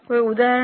કોઈ ઉદાહરણ